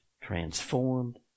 transformed